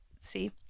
See